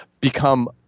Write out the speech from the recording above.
become